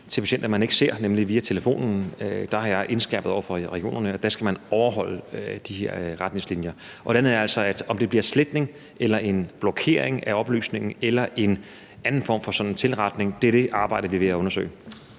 til patienter, man ikke ser, nemlig via telefonen – har jeg indskærpet over for regionerne, at man skal overholde de her retningslinjer. For det andet: Om det bliver en sletning eller en blokering af oplysningen eller en anden form for sådan tilretning, er det, vi arbejder med at undersøge.